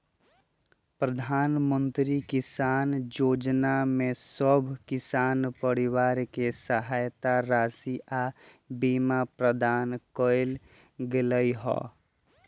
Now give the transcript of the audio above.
प्रधानमंत्री किसान जोजना में सभ किसान परिवार के सहायता राशि आऽ बीमा प्रदान कएल गेलई ह